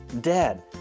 Dad